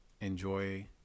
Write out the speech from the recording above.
enjoy